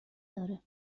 داره